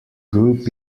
group